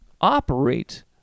operate